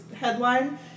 headline